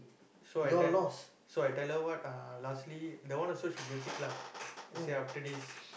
so I tell so I tell her what lah lastly that one also she blue tick lah let's say after this